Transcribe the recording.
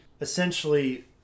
essentially